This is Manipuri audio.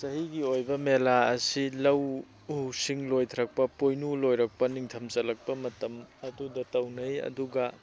ꯆꯍꯤꯒꯤ ꯑꯣꯏꯕ ꯃꯦꯂꯥ ꯑꯁꯤ ꯂꯧ ꯎꯁꯤꯡ ꯂꯣꯏꯊꯔꯛꯄ ꯄꯣꯏꯅꯨ ꯂꯣꯏꯔꯛꯄ ꯅꯤꯡꯊꯝ ꯆꯜꯂꯛꯄ ꯃꯇꯝ ꯑꯗꯨꯗ ꯇꯧꯅꯩ ꯑꯗꯨꯒ